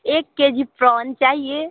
एक K G prawn चाहिए